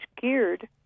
geared